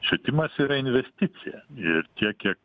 švietimas yra investicija ir tiek kie